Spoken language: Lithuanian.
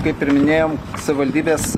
kaip ir minėjom savivaldybės